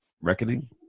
Reckoning